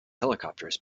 helicopters